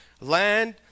land